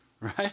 Right